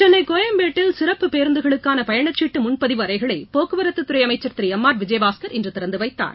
சென்னை கோயம்பேட்டில் சிறப்பு பேருந்துகளுக்கான பயணச்சீட்டு முன்பதிவு அறைகளை போக்குவரத்து துறை அமைச்சர் திரு எம் ஆர் விஜயபாஸ்கர் இன்று திறந்துவைத்தார்